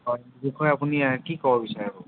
হয় এই বিষয়ে আপুনি কি ক'ব বিচাৰে